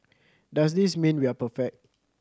does this mean we are perfect